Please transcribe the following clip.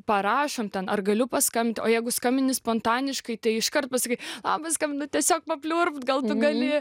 parašom ten ar galiu paskambint o jeigu skambini spontaniškai tai iškart pasakai labas skambinu tiesiog papliurpti gal gali